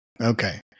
Okay